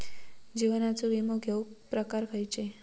जीवनाचो विमो घेऊक प्रकार खैचे?